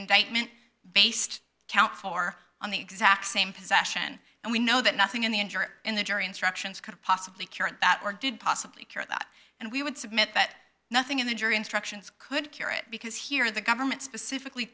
indictment based count four on the exact same possession and we know that nothing in the injury in the jury instructions could possibly cure it that or did possibly care that and we would submit that nothing in the jury instructions could cure it because here the government specifically